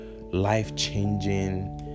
life-changing